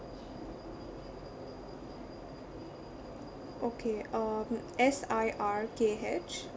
okay um S I R K H